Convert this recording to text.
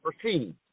proceed